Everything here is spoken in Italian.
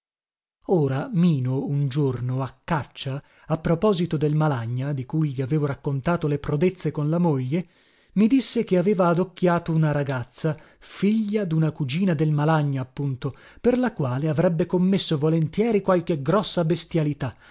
ora mino un giorno a caccia a proposito del malagna di cui gli avevo raccontato le prodezze con la moglie mi disse che aveva adocchiato una ragazza figlia duna cugina del malagna appunto per la quale avrebbe commesso volentieri qualche grossa bestialità